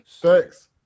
thanks